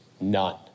none